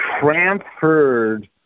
transferred